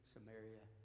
Samaria